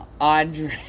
Andre